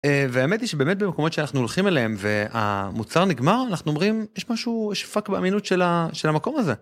והאמת היא שבאמת במקומות שאנחנו הולכים אליהם והמוצר נגמר אנחנו אומרים יש משהו יש פאק באמינות של המקום הזה.